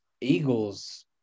Eagles